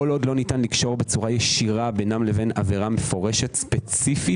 כל עוד לא ניתן לקשור ישירות בינם לבין עבירה מפורשת ספציפית,